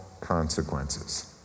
consequences